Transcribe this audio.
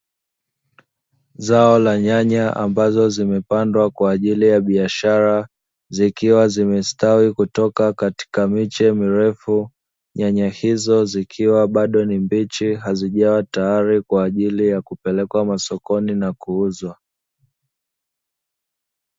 Zao la nyanya ambazo zimepandwa kwa ajili ya biashara zikiwa zimestawi kutoka katika miche mirefu, nyanya hizo zikiwa bado ni mbichi, hazijawa tayari kwa ajili ya kupelekwa masokoni na kuuzwa.